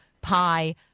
pie